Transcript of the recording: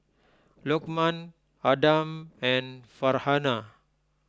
Lokman Adam and Farhanah